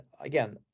again